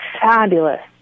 fabulous